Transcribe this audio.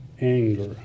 anger